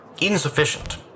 insufficient